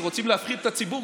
כשרוצים להפחיד את הציבור,